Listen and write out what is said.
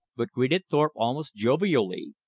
but greeted thorpe almost jovially.